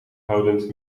houdend